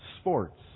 sports